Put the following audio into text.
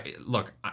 Look